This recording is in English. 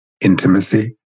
intimacy